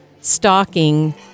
stalking